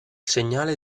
segnale